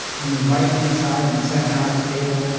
and he invited me inside and sat down at the table.